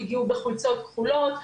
הגיעו בחולצות כחולות.